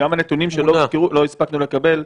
וגם את הנתונים שלא הספקנו לקבל,